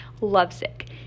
lovesick